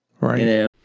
right